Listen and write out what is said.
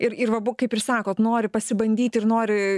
ir ir vabu kaip ir sakot nori pasibandyti ir nori